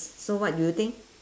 s~ so what do you think